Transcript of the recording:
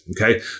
okay